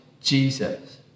Jesus